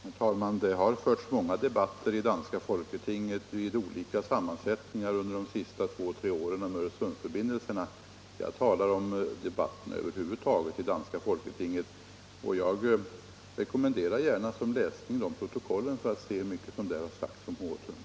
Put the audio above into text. Herr talman! Det har förts många debatter i danska folketinget — vid olika sammansättningar — under de senaste två tre åren om Öresunds 29 förbindelserna. Jag talar om debatten över huvud taget i danska folketinget, och jag rekommenderar gärna som läsning de protokollen för att man skall kunna se hur mycket som där har sagts om HH-tunneln.